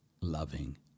loving